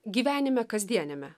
gyvenime kasdieniame